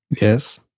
Yes